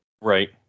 right